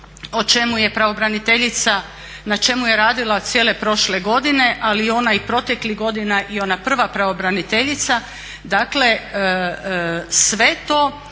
o čemu je pravobraniteljica, na čemu je radila cijele prošle godine ali i ona i proteklih godina i ona prva pravobraniteljica. Dakle sve to